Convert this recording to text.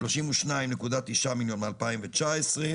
32.9 מיליון מ-2019,